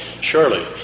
surely